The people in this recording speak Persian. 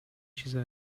چیزا